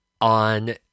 on